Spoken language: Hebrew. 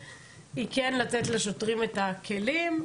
כנסת, היא כן לתת לשוטרים את הכלים.